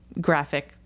graphic